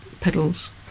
pedals